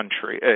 country